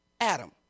Adam